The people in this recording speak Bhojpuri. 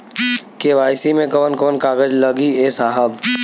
के.वाइ.सी मे कवन कवन कागज लगी ए साहब?